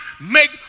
make